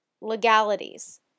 legalities